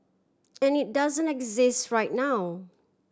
and it doesn't exist right now